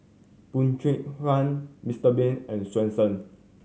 Bee Cheng Hiang Mister Bean and Swensen